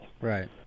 Right